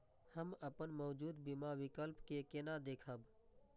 हम अपन मौजूद बीमा विकल्प के केना देखब?